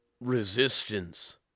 resistance